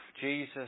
Jesus